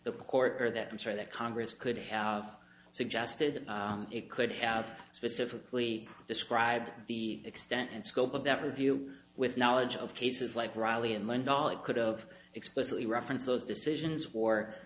the court for that matter that congress could have suggested it could have specifically described the extent and scope of that review with knowledge of cases like reilly and lundahl it could of explicitly reference those decisions